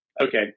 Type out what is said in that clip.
Okay